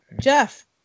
Jeff